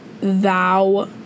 Thou